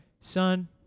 Son